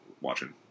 watching